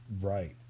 right